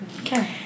okay